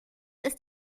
ist